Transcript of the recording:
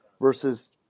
versus